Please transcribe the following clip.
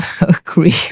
agree